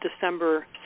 december